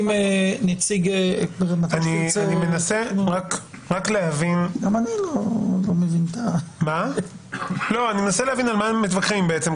אני מנסה רק להבין על מה הם מתווכחים בעצם.